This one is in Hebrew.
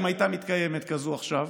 אם הייתה מתקיימת כזאת עכשיו,